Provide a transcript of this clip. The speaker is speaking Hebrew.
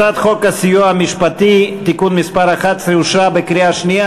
הצעת חוק הסיוע המשפטי (תיקון מס' 11) אושרה בקריאה שנייה.